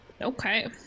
Okay